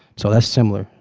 so that's similar,